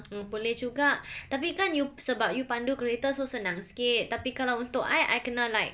mm boleh juga tapi kan you sebab you pandu kereta so senang sikit tapi kalau untuk I I kena like